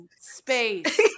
Space